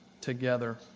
together